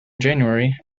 january